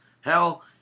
Hell